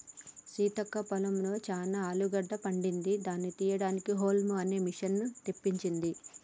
సీతక్క పొలంలో చానా ఆలుగడ్డ పండింది దాని తీపియడానికి హౌల్మ్ అనే మిషిన్ని తెప్పించింది